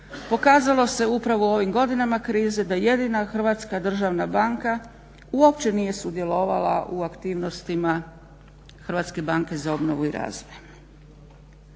Pokazalo se upravo u ovim godinama krize da jedina hrvatska državna banka uopće nije sudjelovala u aktivnostima HBOR-a. Rezultat takve